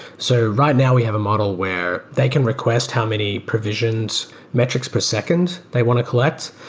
so right now we have a model where they can request how many provisions metrics per second they want to collect.